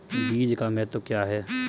बीज का महत्व क्या है?